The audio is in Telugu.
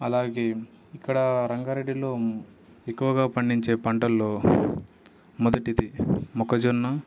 అలాగే ఇక్కడ రంగారెడ్డిలో ఎక్కువగా పండించే పంటల్లో మొదటిది మొక్కజొన్న